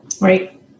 Right